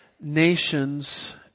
nations